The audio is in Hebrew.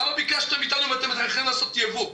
למה ביקשתם מאיתנו אם אתם מעדיפים לעשות ייבוא?